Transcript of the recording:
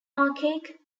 archaic